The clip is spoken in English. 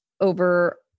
over